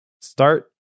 start